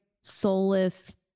soulless